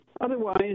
Otherwise